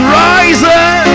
rising